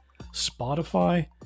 Spotify